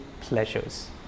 pleasures